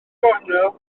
gornel